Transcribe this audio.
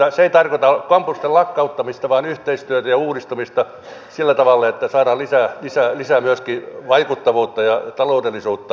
se ei tarkoita kampusten lakkauttamista vaan yhteistyötä ja uudistamista sillä tavalla että saadaan myöskin lisää vaikuttavuutta ja taloudellisuutta